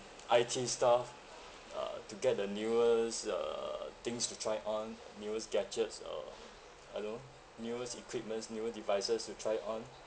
I_T stuff uh to get the newest uh things to try on newest gadgets or I don't know newest equipments newest devices to try on